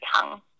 tongue